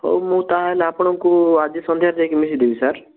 ହଉ ମୁଁ ତା'ହେଲେ ଆପଣଙ୍କୁ ଆଜି ସନ୍ଧ୍ୟାରେ ଯାଇକି ମିଶିଦେବି ସାର୍